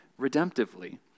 redemptively